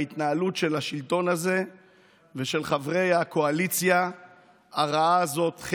בהתנהלות של השלטון הזה ושל חברי הקואליציה הרעה הזאת,